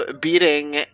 beating